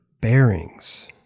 Bearings